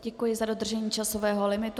Děkuji za dodržení časového limitu.